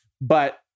but-